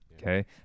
okay